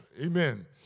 Amen